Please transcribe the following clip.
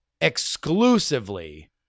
exclusively